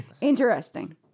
Interesting